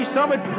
Summit